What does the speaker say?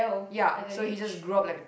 ya so he just grew up like a